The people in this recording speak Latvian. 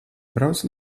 brauc